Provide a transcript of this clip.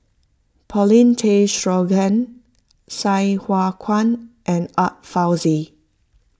Paulin Tay Straughan Sai Hua Kuan and Art Fazil